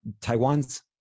Taiwan's